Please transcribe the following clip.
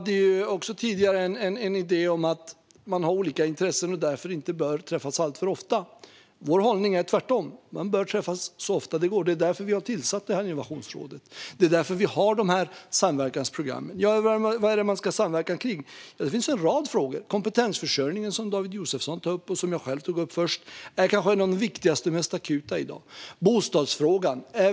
Det fanns tidigare en idé om att man har olika intressen och därför inte bör träffas alltför ofta. Vår hållning är den motsatta, det vill säga att man bör träffas så ofta det går. Det är därför vi har tillsatt innovationsrådet, och det är därför vi har samverkansprogrammen. Vad är det då man ska samverka kring? Ja, det finns en rad frågor. Kompetensförsörjningen, som David Josefsson tar upp och som jag själv tog upp, är kanske det viktigaste och mest akuta i dag. Bostadsfrågan är viktig.